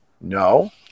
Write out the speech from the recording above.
No